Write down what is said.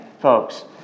folks